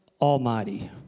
Almighty